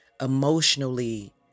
emotionally